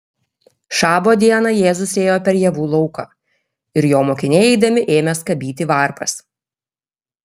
šabo dieną jėzus ėjo per javų lauką ir jo mokiniai eidami ėmė skabyti varpas